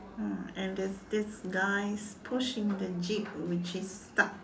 ah and there is this guy pushing the jeep which is stuck